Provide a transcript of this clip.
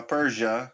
Persia